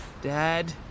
Dad